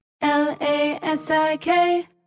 l-a-s-i-k